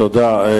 תודה.